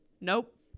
nope